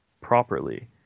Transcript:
properly